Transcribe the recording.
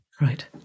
Right